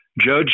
Judge